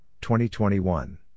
2021